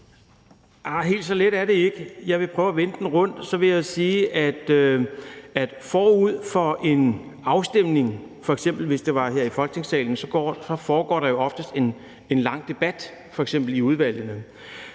helt så let er det ikke. Jeg vil prøve at vende den rundt og sige, at forud for en afstemning, hvis det f.eks. var her i Folketingssalen, foregår der jo oftest en lang debat f.eks. i udvalgene.